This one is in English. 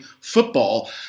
football